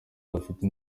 bafite